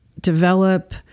develop